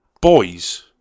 boys